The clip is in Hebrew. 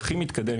הכי מתקדם,